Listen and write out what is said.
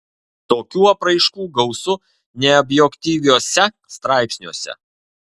tokių apraiškų gausu neobjektyviuose straipsniuose